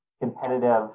competitive